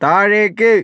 താഴേക്ക്